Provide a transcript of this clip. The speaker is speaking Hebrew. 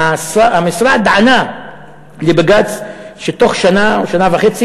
והמשרד ענה לבג"ץ שבתוך שנה או שנה וחצי